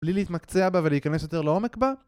בלי להתמקצע בה ולהיכנס יותר לעומק בה